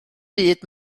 byd